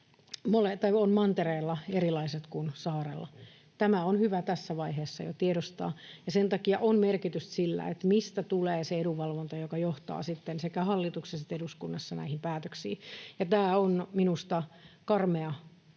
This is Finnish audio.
ovat mantereella erilaiset kuin saarella. Tämä on hyvä tässä vaiheessa jo tiedostaa. Sen takia on merkitystä sillä, mistä tulee se edunvalvonta, joka johtaa sitten sekä hallituksessa että eduskunnassa näihin päätöksiin. Tämä on minusta karmea